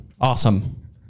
awesome